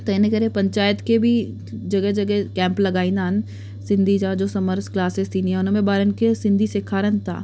त इन करे पंचायत खे बि जॻहि जॻहि कैंप लॻाईंदा आहिनि सिंधी जा जो समर्स क्लासिस थींदी आहे उन में ॿारनि खे सिंधी सेखारनि था